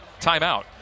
timeout